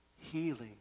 healing